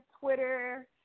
Twitter